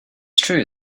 true